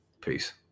Peace